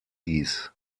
dies